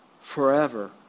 forever